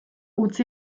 utzi